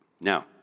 Now